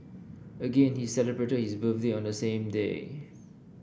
again he celebrated his birthday on the same day